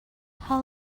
how